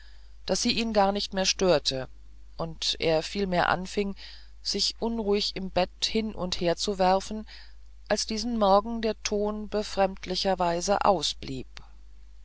daß sie ihn gar nicht mehr störte und er vielmehr anfing sich unruhig im bett hin und her zu werfen als diesen morgen der ton befremdlicherweise ausblieb